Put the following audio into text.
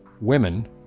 Women